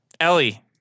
Ellie